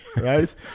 right